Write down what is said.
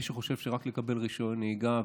מי שחושב שרק לקבל רישיון נהיגה,